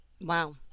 Wow